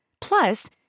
Plus